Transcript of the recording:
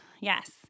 Yes